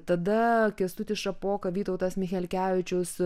tada kęstutis šapoka vytautas michelkevičius